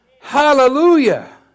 Hallelujah